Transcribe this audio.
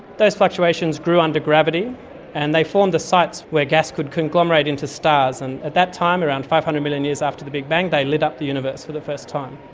those fluctuations grew under gravity and they formed the sites where gas could conglomerate into stars. and at that time, around five hundred million years after the big bang, they lit up the universe for the first time.